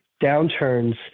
downturns